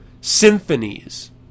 symphonies